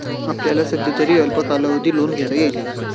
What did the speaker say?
आपल्याला सध्यातरी अल्प कालावधी लोन घेता येईल